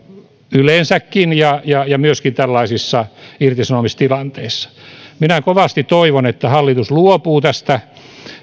yleensäkin ja ja myöskin tällaisissa irtisanomistilanteissa minä kovasti toivon että hallitus luopuu tästä